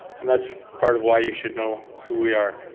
and that's part of why you should know who we are.